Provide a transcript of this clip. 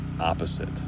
opposite